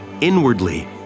inwardly